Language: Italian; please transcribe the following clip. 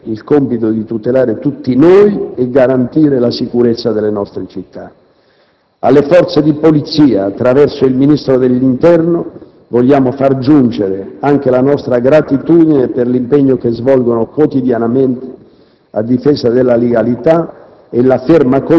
che ancora una volta hanno pagato a caro prezzo il compito di tutelare tutti noi e garantire la sicurezza delle nostre città. Alle forze di polizia, attraverso il Ministro dell'interno, vogliamo far giungere anche la nostra gratitudine per l'impegno che svolgono quotidianamente